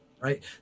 right